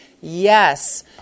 Yes